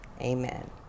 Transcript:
Amen